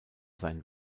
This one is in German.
sein